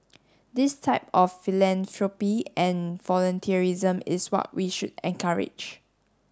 this type of philanthropy and volunteerism is what we should encourage